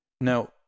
now